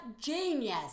genius